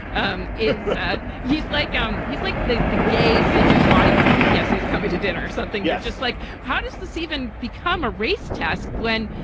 um it's that he's like um he's like the the gay sidney poitier. and guess who's coming to dinner or something? yeah just like how does this even become a race test when,